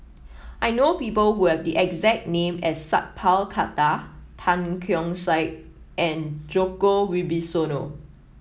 I know people who have the exact name as Sat Pal Khattar Tan Keong Saik and Djoko Wibisono